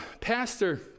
pastor